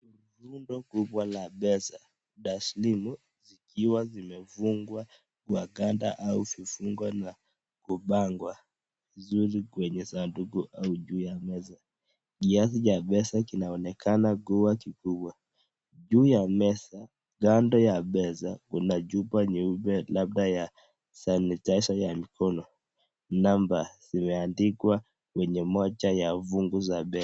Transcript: Rundo kubwa la pesa taslimu zkiwa zimefungwa kwa kamba au vifungo zilizopangwa vizuri kwenye sanduku au juu ya meza , kiasi cha pesa kinaonekana kuwa kikubwa juu ya meza kando ya pesa kuna chupa nyeupe labda ya sanitizer ya mikono , namba zimeadikwa kwenye moja ya fungu ya pesa.